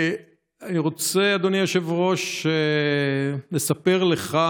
אני רוצה, אדוני היושב-ראש, לספר לך